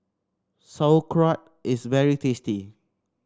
sauerkraut is very tasty